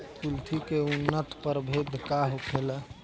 कुलथी के उन्नत प्रभेद का होखेला?